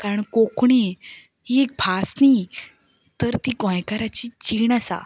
कारण कोंकणी ही भास न्हय तर ती गोंयकारांची जीण आसा